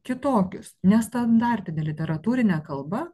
kitokius nestandartine literatūrine kalba